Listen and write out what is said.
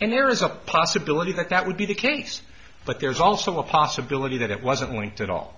and there is a possibility that that would be the case but there's also a possibility that it wasn't linked at all